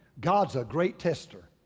god is a great tester.